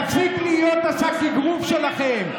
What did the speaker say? נפסיק להיות שק האגרוף שלכם.